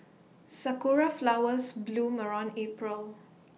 Sakura Flowers bloom around April